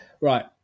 right